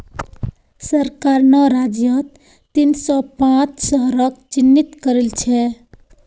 सरकार नौ राज्यत तीन सौ पांच शहरक चिह्नित करिल छे